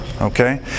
Okay